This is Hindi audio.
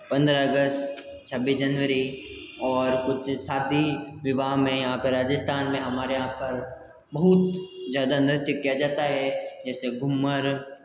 पंद्रह अगस्त छब्बीस जनवरी और कुछ शादी विवाह में यहाँ पे राजस्थान में हमारे यहाँ पर बहौत ज़्यादा नृत्य किया जाता है जैसे घूमर